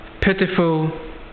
pitiful